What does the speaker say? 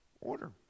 order